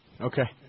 Okay